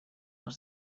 els